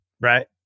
Right